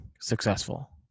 successful